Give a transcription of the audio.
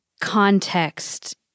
context